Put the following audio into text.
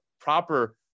proper